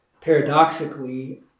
Paradoxically